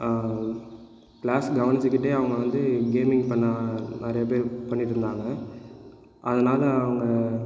class கவனிச்சுக்கிட்டே அவங்க வந்து கேமிங் பண்ண நிறையா பேர் பண்ணிகிட்டு இருந்தாங்கள் அதனால் அவங்க